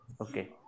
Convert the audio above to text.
okay